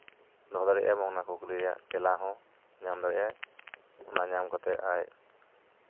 ᱫᱚᱦᱚ ᱫᱟᱲᱮᱭᱟᱜᱼᱟᱭ ᱮᱵᱚᱝ ᱚᱱᱟ ᱠᱚ ᱠᱩᱠᱞᱤ ᱨᱮᱭᱟᱜ ᱛᱮᱞᱟ ᱦᱚᱸ ᱧᱟᱢ ᱫᱟᱲᱮᱭᱟᱜᱼᱟᱭ ᱚᱱᱟ ᱧᱟᱢ ᱠᱟᱛᱮ ᱟᱡ